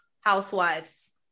housewives